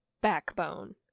backbone